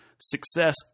success